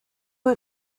who